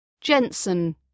Jensen